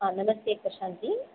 नमस्ते प्रशान्ती